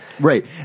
Right